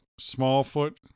Smallfoot